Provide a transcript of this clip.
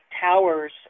towers